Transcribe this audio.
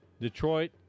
Detroit